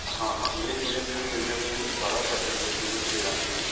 ਹਾਂ ਹਾਂ English medium 'ਚ ਵੀ ਮਿਲ ਜਾਣਗੇ ਜੀ ਸਾਰਾ ਸੈਟ ਇੰਗਲਿਸ਼ ਮੀਡੀਅਮ 'ਚ ਦੇ ਦਾਂਗੇ ਜੀ